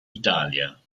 italia